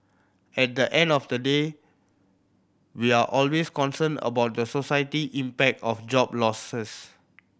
at the end of the day we're always concerned about the society impact of job losses